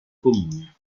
comune